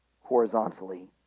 horizontally